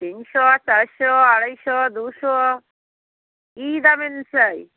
তিনশো চাইরশো আড়াইশো দুশো কী দামের চাই